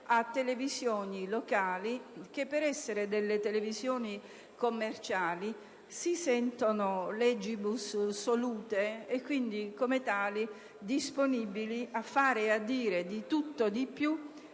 televisive locali che, per essere delle televisioni commerciali, si sentono *legibus solutae* e quindi, come tali, disponibili a fare e a dire di tutto di più